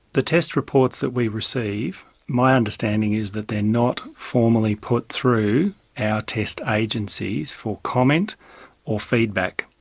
the test reports that we receive, my understanding is that they're not formally put through our test agencies for comment or feedback.